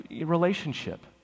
relationship